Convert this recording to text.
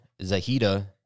Zahida